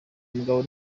mugabo